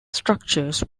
structures